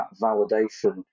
validation